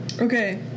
Okay